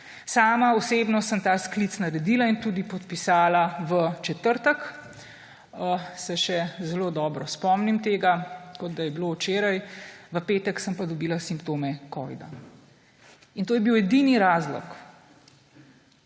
Sama osebno sem ta sklic naredila in tudi podpisala v četrtek, se še zelo dobro spomnim tega, kot da je bilo včeraj, v petek sem pa dobila simptome covida. To je bil edini razlog,